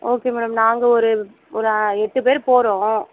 okay madam நாங்கள் ஒரு ஒரு எட்டு பேரு போகிறோம்